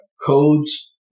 codes